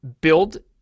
build